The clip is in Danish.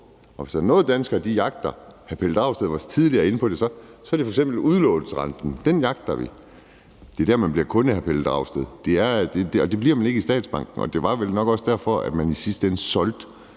der er noget, danskere jagter – hr. Pelle Dragsted var tidligere inde på det – så er det f.eks. udlånsrenten; den jagter vi. Det er der, man bliver kunde, hr. Pelle Dragsted, og det bliver man ikke i statsbanken. Og det var vel nok også derfor, at man i sidste ende solgte